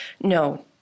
No